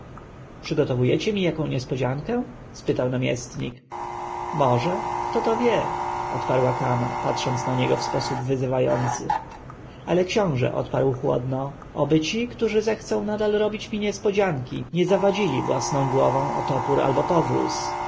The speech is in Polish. mówimy przygotowujecie mi jaką niespodziankę spytał namiestnik może kto to wie odparła kama patrząc na niego w sposób wyzywający ale książę odparł chłodno oby ci którzy zechcą nadal robić mi niespodzianki nie zawadzili własną szyją o topór